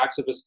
activists